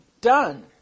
done